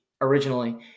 originally